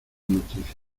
noticia